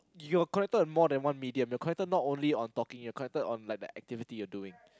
you're connected more than one medium you're connected not only on talking you're connected on like the activity you're doing